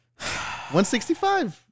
165